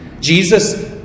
Jesus